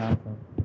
इएह सब